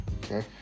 okay